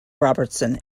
robertson